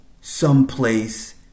someplace